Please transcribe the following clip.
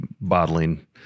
bottling